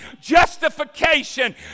justification